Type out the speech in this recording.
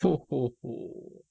[ho] [ho] [ho]